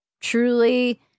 truly